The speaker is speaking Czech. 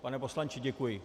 Pane poslanče, děkuji.